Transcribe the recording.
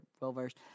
well-versed